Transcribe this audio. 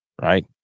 right